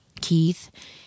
Keith